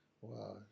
Wow